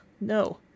no